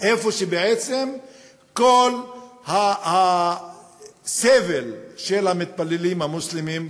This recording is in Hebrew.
איפה שבעצם כל הסבל של המתפללים המוסלמים,